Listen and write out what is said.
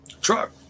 Truck